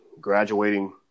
graduating